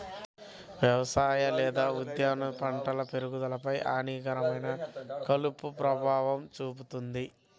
వ్యవసాయ లేదా ఉద్యానవన పంటల పెరుగుదలపై హానికరమైన కలుపు ప్రభావం చూపుతుంది